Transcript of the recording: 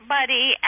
Buddy